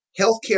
healthcare